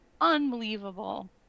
Unbelievable